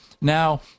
Now